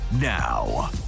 now